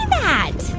that?